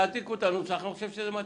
תעתיקו את הנוסח, אני חושב שזה מתאים.